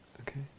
okay